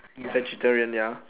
vegetarian ya